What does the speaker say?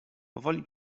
powoli